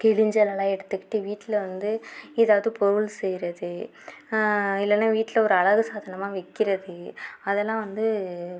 கிளிஞ்சலலாம் எடுத்துக்கிட்டு வீட்டில் வந்து எதாவது பொருள் செய்கிறது இல்லைனா வீட்டில் ஒரு அழகு சாதனமாக வைக்கிறது அதுலாம் வந்து